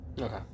Okay